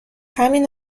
همین